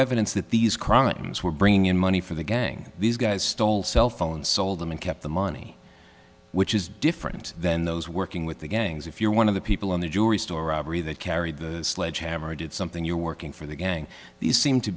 evidence that these crimes were bringing in money for the gang these guys stole cell phones sold them and kept the money which is different than those working with the gangs if you're one of the people in the jewelry store robbery that carried the sledgehammer did something you're working for the gang these seem to